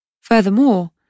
Furthermore